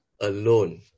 alone